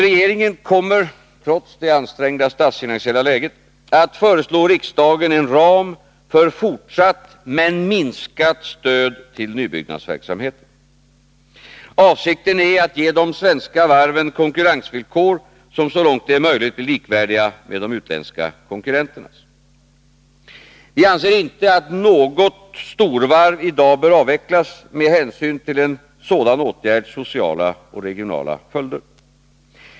Regeringen kommer, trots det ansträngda statsfinansiella läget, att föreslå riksdagen en ram för fortsatt men minskat stöd till nybyggnadsverksamheten. Avsikten är att ge de svenska varven konkurrensvillkor som så långt det är möjligt är likvärdiga med de utländska konkurrenternas. Vi anser inte att något storvarv i dag bör avvecklas med hänsyn till en sådan åtgärds sociala och regionala följder.